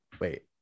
Wait